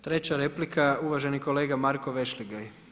Treća replika, uvaženi kolega Marko VEšligaj.